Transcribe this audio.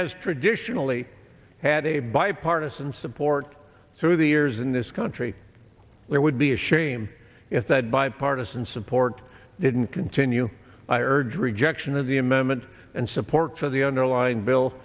has traditionally had a bipartisan support through the years in this country there would be a shame if that bipartisan support didn't continue i urge rejection of the amendment and support for the underlying bill